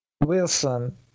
Wilson